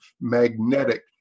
magnetic